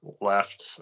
left